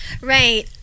right